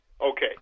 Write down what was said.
okay